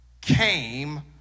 came